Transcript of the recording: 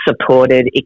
supported